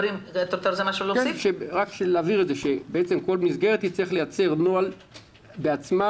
אני רוצה להבהיר שכל מסגרת תצטרך לייצר נוהל בעצמה,